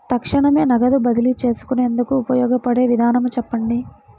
తక్షణమే నగదు బదిలీ చేసుకునేందుకు ఉపయోగపడే విధానము చెప్పండి?